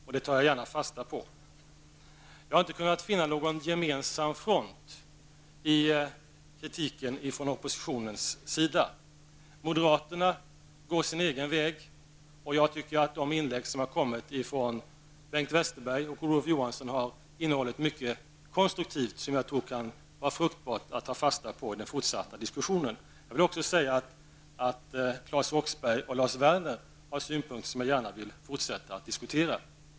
Jag tar gärna fasta på detta. Jag har emellertid inte kunnat finna någon gemensam front i oppositionens kritik. Moderaterna går sin egen väg, och jag tycker att de inlägg som har kommit ifrån Bengt Westerberg och Olof Johansson har innehållit mycket konstruktivt, som jag tror att det kan vara fruktbart att ta fasta på i den fortsatta diskussionen. Jag vill också säga att Claes Roxbergh och Lars Werner har synpunkter som jag gärna vill fortsätta att diskutera.